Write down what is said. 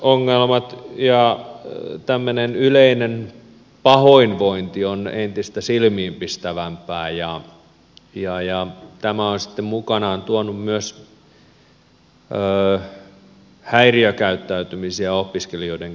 mielenterveysongelmat ja tämmöinen yleinen pahoinvointi on entistä silmiinpistävämpää ja tämä on sitten mukanaan tuonut myös häiriökäyttäytymisiä opiskelijoiden keskuudessa